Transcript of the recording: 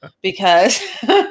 because-